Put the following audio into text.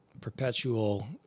perpetual